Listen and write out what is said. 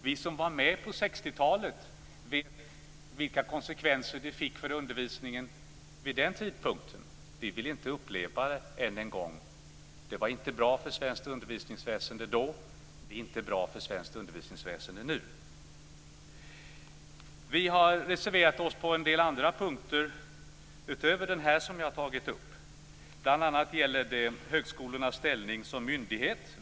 Vi som var med på 60-talet vet vilka konsekvenser det fick för undervisningen vid den tidpunkten, och vi vill inte uppleva det än en gång. Det var inte bra för svenskt undervisningsväsende då, och det är inte bra för svenskt undervisningsväsende nu. Vi har reserverat oss på en del andra punkter utöver den jag nu tagit upp. Det gäller bl.a. högskolornas ställning som myndighet.